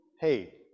hey